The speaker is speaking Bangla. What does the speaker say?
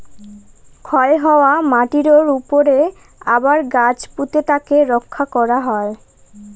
ক্ষয় হওয়া মাটিরর উপরে আবার গাছ পুঁতে তাকে রক্ষা করা হয়